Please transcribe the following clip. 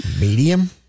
Medium